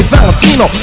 Valentino